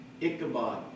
Ichabod